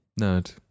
nerd